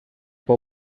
fou